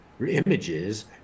images